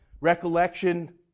recollection